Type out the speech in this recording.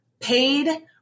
paid